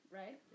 right